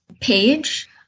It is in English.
page